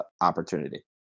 opportunity